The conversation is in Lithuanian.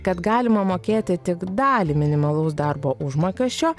kad galima mokėti tik dalį minimalaus darbo užmokesčio